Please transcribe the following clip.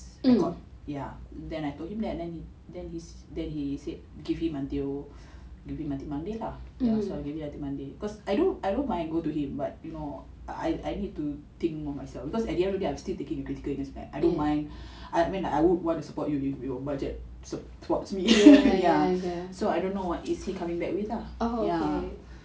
record ya then I told him that then he said give him until give him until monday lah ya so I gave him until monday cause I don't I don't mind going to him but you know I need to think more myself cause at the end of day I am still taking the critical illness plan I don't mind I mean I won't want to support you if your budget supports me ya so I don't know what is he coming back with lah